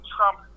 Trump